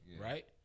right